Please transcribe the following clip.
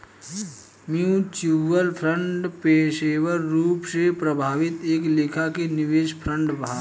mutual fund पेशेवर रूप से प्रबंधित एक लेखा के निवेश फंड हा